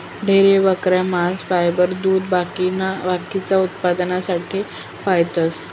ढोरे, बकऱ्या, मांस, फायबर, दूध बाकीना उत्पन्नासाठे पायतस